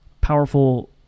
Powerful